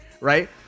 Right